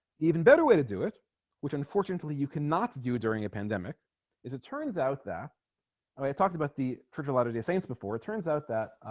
even better way to do it which unfortunately you cannot do during a pandemic is it turns out that i talked about the tricky latter-day saints before it turns out that